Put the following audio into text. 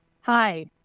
hi